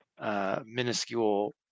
minuscule